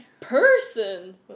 Person